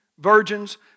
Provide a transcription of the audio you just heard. virgins